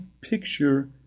picture